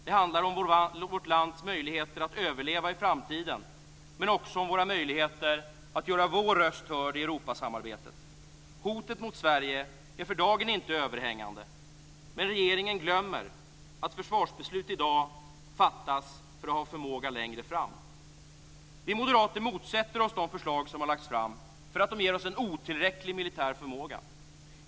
Det handlar om vårt lands möjligheter att överleva i framtiden, men också om våra möjligheter att göra vår röst hörd i Europasamarbetet. Hotet mot Sverige är för dagen inte överhängande, men regeringen glömmer att försvarsbeslut i dag fattas för att vi ska ha förmåga längre fram. Vi moderater motsätter oss de förslag som har lagts fram för att de ger oss en otillräcklig militär förmåga.